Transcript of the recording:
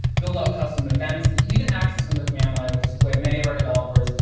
build out custom events, and even access from the command line, which is the way many of our developers,